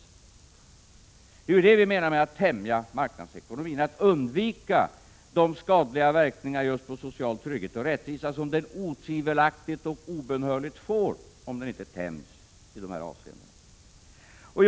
Det är ju detta som vi menar med att tämja marknadsekonomin — att undvika de skadliga verkningar på social trygghet och rättvisa som marknadsekonomin otvivelaktigt och obönhörligt får om den inte tämjs i de här avseendena.